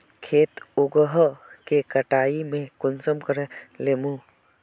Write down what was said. खेत उगोहो के कटाई में कुंसम करे लेमु?